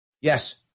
Yes